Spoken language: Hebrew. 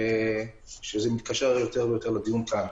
שמתקשרת לדיון כאן.